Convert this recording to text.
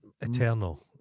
Eternal